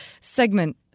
segment